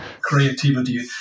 creativity